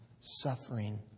suffering